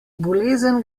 bolezen